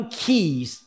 keys